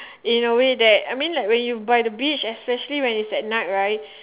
in a way that I mean like when you by the beach just especially when it's at night right